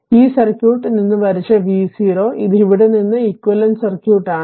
അതിനാൽ ഈ സർക്യൂട്ടിൽ നിന്ന് വരച്ച v0 ഇത് ഇവിടെ നിന്ന് ഇക്വിവാലെന്റ സർക്യുട്ട് ആണ്